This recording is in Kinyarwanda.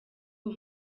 uwo